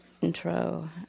intro